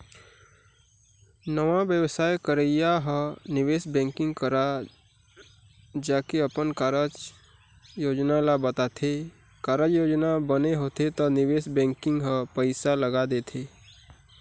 नवा बेवसाय करइया ह निवेश बेंकिग करा जाके अपन कारज योजना ल बताथे, कारज योजना बने होथे त निवेश बेंकिग ह पइसा लगा देथे